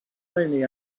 many